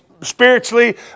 spiritually